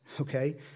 okay